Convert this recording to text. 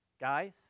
Guys